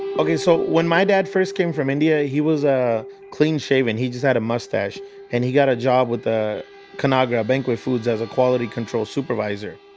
so when my dad first came from india, he was ah clean shaven. he just had a mustache and he got a job with the conagra banquet foods as a quality control supervisor.